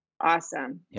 Awesome